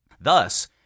Thus